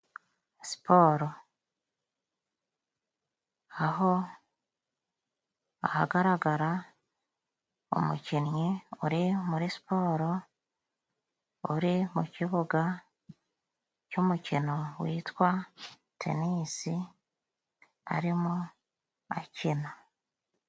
Siporo aho ahagaragara umukinnyi uri muri Siporo, uri mu kibuga cy'umukino witwa Tenis arimo akina.